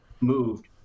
moved